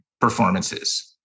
performances